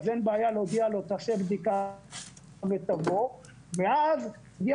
אז אין בעיה להודיע לו שיעשה בדיקה ואז הוא מגיע